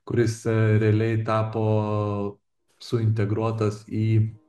kuris realiai tapo suintegruotas į